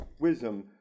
wisdom